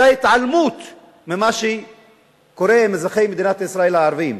היתה התעלמות ממה שקורה עם אזרחי מדינת ישראל הערבים,